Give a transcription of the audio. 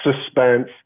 suspense